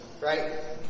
right